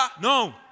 No